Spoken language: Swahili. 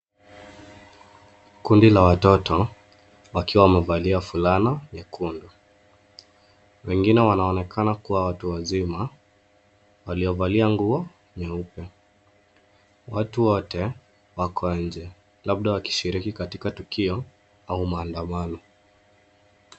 Kundi la watoto wakiwa wamevalia fulana nyekundu wengine wanaonekana kuwa watu wazima waliovalia nguo nyeupe. Watu wote wako nje labda wakishiriki katika tukio au maandamano.